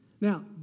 Now